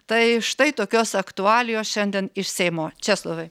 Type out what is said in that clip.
tai štai tokios aktualijos šiandien iš seimo česlovai